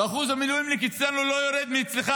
ואחוז המילואימניקים אצלנו לא יורד מאצלך,